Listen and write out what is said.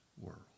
world